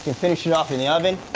finish it off in the oven.